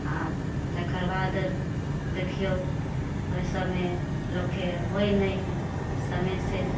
आ तकर बाद देखियौ ओहि सभमे लोकके होइ नहि हइ समय से